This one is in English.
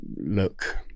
look